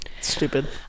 Stupid